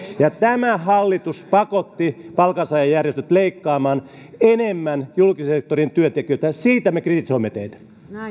ja tämä hallitus pakotti palkansaajajärjestöt leikkaamaan enemmän julkisen sektorin työntekijöiltä siitä me kritisoimme teitä